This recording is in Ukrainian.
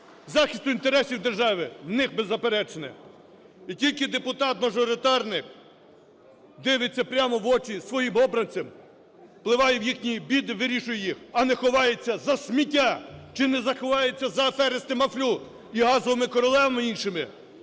захисту інтересів держави в них беззаперечне. І тільки депутат-мажоритарник дивиться прямо в очі своїм обранцям, впливає в їхні біди і вирішує їх, а не ховається за сміття, чи не заховається за афери з "Таміфлю", і "газовими королевами" і іншими,